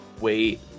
wait